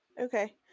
Okay